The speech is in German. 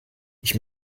ich